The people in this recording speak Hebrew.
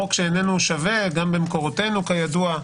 חוק שאיננו שווה, גם במקורותינו כידוע,